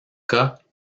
cas